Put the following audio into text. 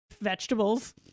vegetables